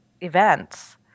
events